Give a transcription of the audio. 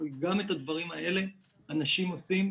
אבל גם את הדברים האלה אנשים עושים,